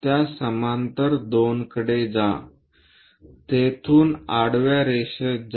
त्यास समांतर 2 कडे जा तेथून आडव्या रेषेत जा